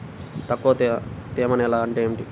తక్కువ తేమ నేల అంటే ఏమిటి?